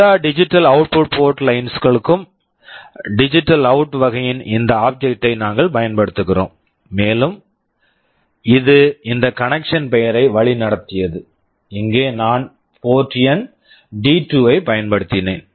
எல்லா digital output port lines digital output port lines களுக்கும் digital out digital out வகையின் இந்த ஆப்ஜெக்ட் object ஐ நாங்கள் பயன்படுத்துகிறோம் மேலும் இது இந்த கனக்க்ஷன் connection பெயரை வழிநடத்தியது இங்கே நான் போர்ட் எண் டி2 D2 ஐப் பயன்படுத்தினேன்